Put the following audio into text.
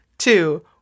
Two